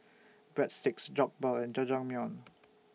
Breadsticks Jokbal and Jajangmyeon